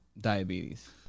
Diabetes